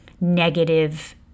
negative